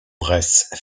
bresse